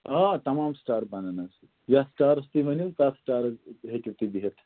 آ تمام سِٹار بَنن حظ یَتھ سِٹارَس تُہۍ ؤنِو تَتھ سِٹارَس ہیٚکِو تُہۍ بِہِتھ